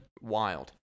wild